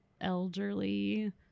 elderly